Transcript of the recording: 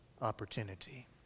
opportunity